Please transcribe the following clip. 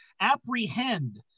apprehend